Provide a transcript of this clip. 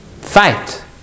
fight